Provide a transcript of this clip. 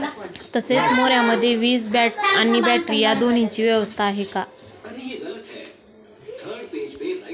तसेच मोऱ्यामध्ये वीज आणि बॅटरी या दोन्हीची व्यवस्था आहे